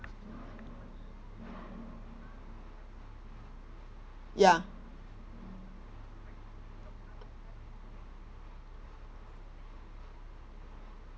ya